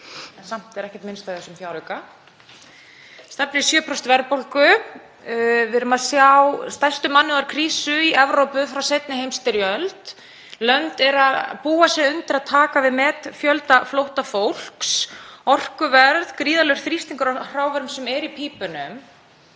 samt er ekkert minnst á í þessum fjárauka. Það stefnir í 7% verðbólgu. Við erum að sjá stærstu mannúðarkrísu í Evrópu frá seinni heimsstyrjöld. Lönd eru að búa sig undir að taka við metfjölda flóttafólks, orkuverð, gríðarlegur þrýstingur á hrávörum er í pípunum.